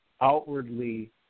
outwardly